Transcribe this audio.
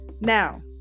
Now